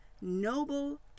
noble